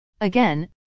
Again